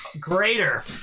Greater